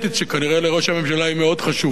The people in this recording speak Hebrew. שכנראה לראש הממשלה היא מאוד חשובה.